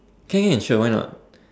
can sure why not